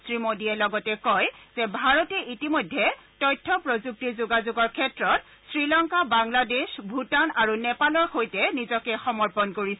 শ্ৰীমোডীয়ে লগতে কয় যে ভাৰতে ইতিমধ্যে তথ্য প্ৰযুক্তিৰ যোগাযোগৰ ক্ষেত্ৰত শ্ৰীলংকা বাংলাদেশ ভূটান আৰু নেপালৰ সৈতে নিজকে সমৰ্পন কৰিছে